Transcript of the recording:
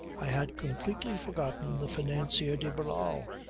i had completely forgotten the financier de barral.